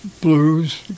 blues